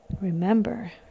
remember